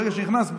ברגע שנכנס,